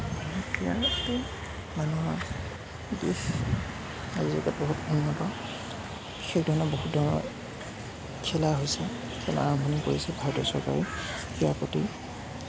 ক্ৰীড়াটো মানুহৰ দিশ আৰু এটা বহুত উন্নত সেই ধৰণৰ বহুত ধৰণৰ খেলা হৈছে খেলাৰ আৰম্ভণি কৰিছে চৰকাৰে ক্ৰীড়াৰ প্ৰতি